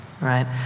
right